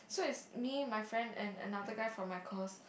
so is me my friend and another guy from my course